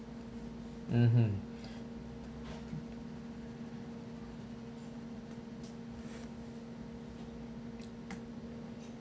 mmhmm